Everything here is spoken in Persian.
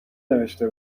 نوشته